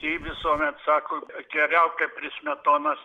kai visuomet sako geriausia prie smetonos